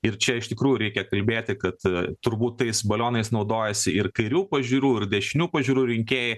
ir čia iš tikrųjų reikia kalbėti kad turbūt tais balionais naudojasi ir kairių pažiūrų ir dešinių pažiūrų rinkėjai